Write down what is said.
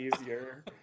easier